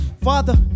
Father